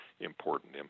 important